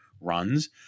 runs